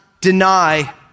deny